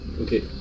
Okay